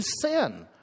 sin